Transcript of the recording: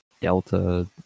Delta